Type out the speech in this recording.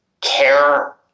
care